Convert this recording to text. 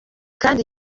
kandi